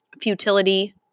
futility